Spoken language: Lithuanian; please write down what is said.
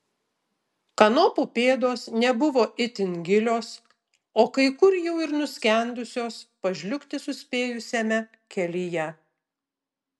kanopų pėdos nebuvo itin gilios o kai kur jau ir nuskendusios pažliugti suspėjusiame kelyje